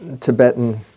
Tibetan